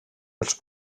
els